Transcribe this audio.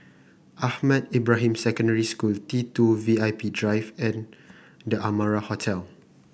Ahmad Ibrahim Secondary School T two V I P Drive and The Amara Hotel